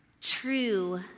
true